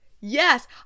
Yes